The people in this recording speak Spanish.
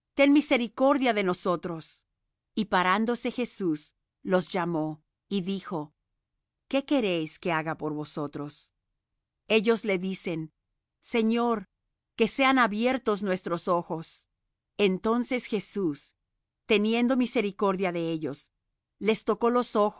ten misericordia de nosotros y parándose jesús los llamó y dijo qué queréis que haga por vosotros ellos le dicen señor que sean abiertos nuestros ojos entonces jesús teniendo misericordia de ellos les tocó los